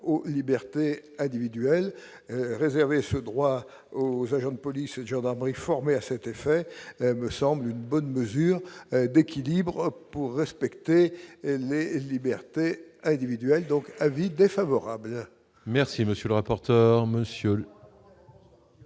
au liberté individuelles réserver ce droit aux agents de police, gendarmerie, formés à cet effet, me semble une bonne mesure d'équilibre pour respecter mais liberté individuelle, donc avis défavorable. Merci, monsieur le rapporteur